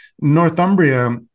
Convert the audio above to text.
Northumbria